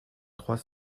trois